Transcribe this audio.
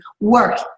work